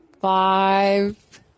five